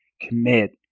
commit